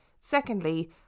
Secondly